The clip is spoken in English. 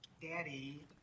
Daddy